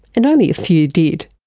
and only a few did.